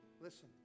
Listen